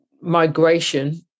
migration